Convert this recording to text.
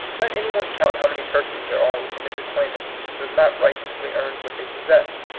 let any one count how many persons there are within his acquaint ance who have not righteously earned what they possess.